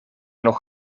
nog